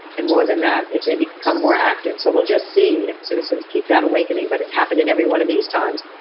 and more than that, if they become more active. so we'll just see if citizens keep that awakening but it happened in every one of these times.